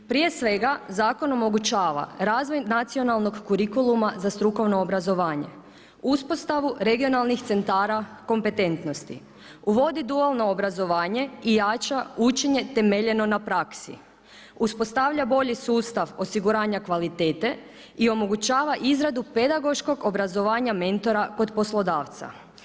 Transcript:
Prije svega, zakon omogućava razvoj nacionalnog kurikuluma za strukovno obrazovanje, uspostave regionalnih centara kompetentnosti, uvodi dualno obrazovanje i jača učenje temeljeno na praksi, uspostava bolji sustav osiguranja kvalitete i omogućava izradu pedagoškog obrazovanja mentora kod poslodavca.